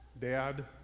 Dad